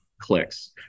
clicks